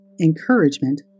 Encouragement